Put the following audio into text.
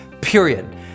period